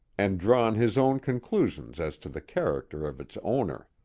and drawn his own conclusions as to the character of its owner.